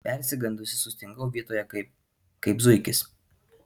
persigandusi sustingau vietoje kaip kaip zuikis